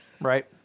right